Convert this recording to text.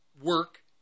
work